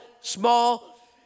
small